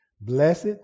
Blessed